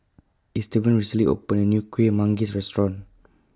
Estevan recently opened A New Kuih Manggis Restaurant